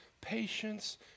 patience